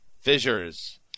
Fissures